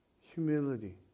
humility